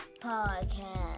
podcast